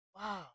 wow